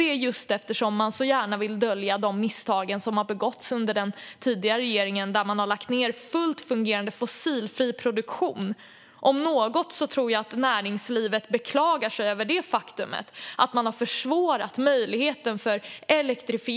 Det är därför att man gärna vill dölja de misstag som begicks under den tidigare regeringen, som lade ned fullt fungerande fossilfri produktion. Om något tror jag att näringslivet beklagar sig över det faktum att man har försvårat möjligheten för elektrifiering.